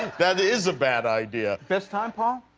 that is a bad idea. best time, paul?